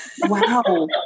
Wow